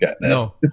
no